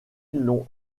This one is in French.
l’ont